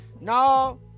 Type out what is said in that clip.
No